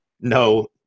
no